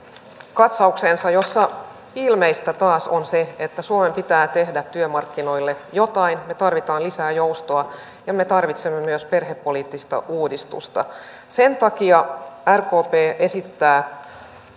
katsauksensa jossa ilmeistä taas on se että suomen pitää tehdä työmarkkinoille jotain me tarvitsemme lisää joustoa ja me tarvitsemme myös perhepoliittista uudistusta sen takia rkp esittää